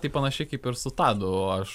tai panašiai kaip ir su tadu aš